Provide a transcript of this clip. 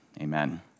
Amen